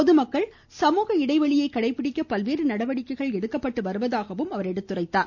பொதுமக்கள் சமூக இடைவெளியை கடைபிடிக்க பல்வேறு நடவடிக்கைகள் எடுக்கப்பட்டு வருவதாக அமைச்சர் கூறினார்